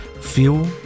fuel